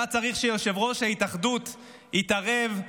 היה צריך שיושב-ראש ההתאחדות יתערב,